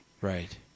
Right